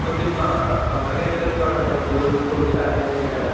కొంచెం తొ తొందరగా అయ్యేలా చూడండి స్కూల్ స్కూళ్ళు స్టార్ట్ అయిపోయాయి కదా